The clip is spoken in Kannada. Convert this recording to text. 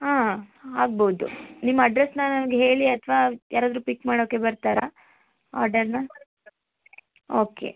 ಹಾಂ ಆಗ್ಬೋದು ನಿಮ್ಮ ಅಡ್ರೆಸನ್ನ ನನ್ಗೆ ಹೇಳಿ ಅಥವಾ ಯಾರಾದರೂ ಪಿಕ್ ಮಾಡೋಕ್ಕೆ ಬರ್ತಾರಾ ಆರ್ಡರನ್ನ ಓಕೆ